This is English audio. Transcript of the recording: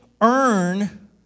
earn